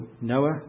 Noah